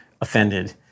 offended